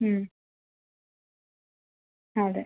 അതെ